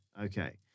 Okay